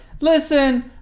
listen